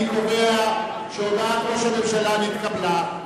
אני קובע שהודעת ראש הממשלה נתקבלה.